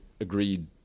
agreed